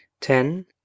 Ten